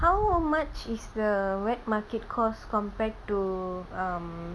how much is the wet market cost compared to um